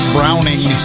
Browning